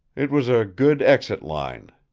it was a good exit line.